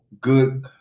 good